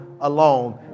alone